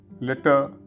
letter